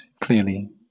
clearly